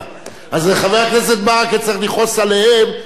אז חבר הכנסת ברכה צריך לכעוס עליהם הרבה